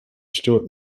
stewart